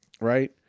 right